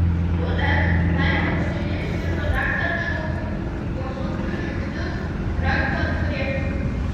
tuomet laiptų apačioje išgirdo daktarą šulcą jo sunkius žingsnius ranką ant turėklo